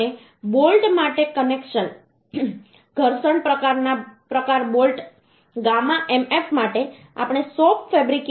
અને બોલ્ટ માટે કનેક્શન ઘર્ષણ પ્રકાર બોલ્ટ ગામા mf માટે આપણે શોપ ફેબ્રિકેશન માટે 1